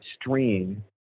stream